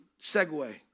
segue